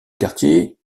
quartier